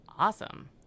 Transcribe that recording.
Awesome